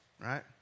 right